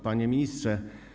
Panie Ministrze!